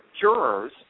jurors